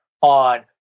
on